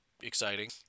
exciting